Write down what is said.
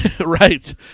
Right